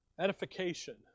edification